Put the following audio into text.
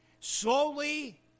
slowly